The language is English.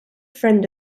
friend